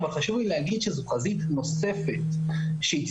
אבל חשוב לי להגיד שזו חזית נוספת שהצטרפה.